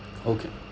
okay